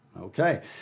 Okay